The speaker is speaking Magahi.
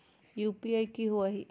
यू.पी.आई कि होअ हई?